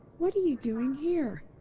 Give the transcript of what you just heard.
what are you doing here?